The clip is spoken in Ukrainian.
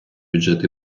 бюджет